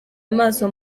amaso